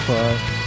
Fuck